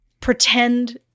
pretend